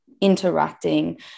interacting